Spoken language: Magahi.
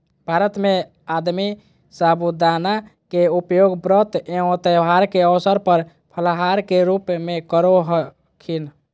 भारत में आदमी साबूदाना के उपयोग व्रत एवं त्यौहार के अवसर पर फलाहार के रूप में करो हखिन